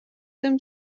them